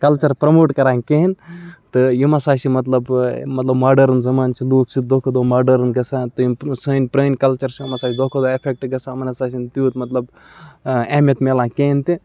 culture promote کَران کِہیٖنۍ تہٕ یِم ہَسا چھِ مطلب مطلب ماڈٲرٕنۍ زَمان چھِ لُکھ چھِ دۄہ کھۄتہٕ دۄہ ماڈٲرٕنۍ گژھان تیٚم سٲنۍ پرٛٲنۍ کَلچَر چھِ یِم ہَسا چھِ دۄہ کھۄتہٕ دۄہ اِفیکٹہٕ گژھان یِمَن ہَسا چھِنہٕ تیوٗت مطلب اہمیت مِلان کِہیٖنۍ تہِ